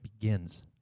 begins